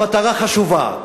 המטרה חשובה,